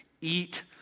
Eat